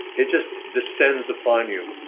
it just descends upon you.